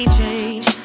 change